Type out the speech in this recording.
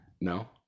No